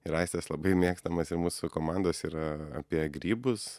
ir aistės labai mėgstamas ir mūsų komandos yra apie grybus